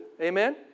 amen